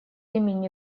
имени